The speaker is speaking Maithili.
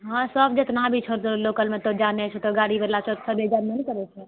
हँ सब जेतना भी छौं लोकल मे तोँ जानै छौं तोँ गाड़ीवला छौं